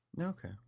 Okay